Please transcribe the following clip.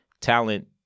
talent